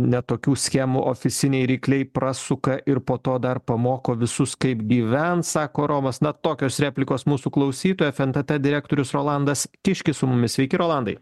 ne tokių schemų ofisiniai rykliai prasuka ir po to dar pamoko visus kaip gyvent sako romas na tokios replikos mūsų klausytojo fntt direktorius rolandas kiškis su mumis sveiki rolandai